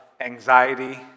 anxiety